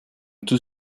tout